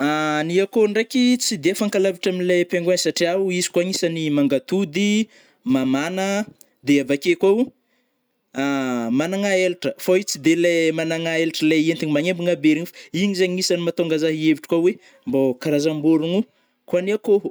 Ny akôho ndraiky tsy de fankalavitry amilai pingouins satriao izy koa agnisany mangatody, mamana de avake koao managna elatra, fô i tsy de lai managnaelatra le entigny magnembagna be regny fa igny zegny gnisany mahatonga za ihevitry koa oe mbô karazambôrogno kôa ny akôho.